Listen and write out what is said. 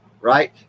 right